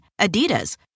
Adidas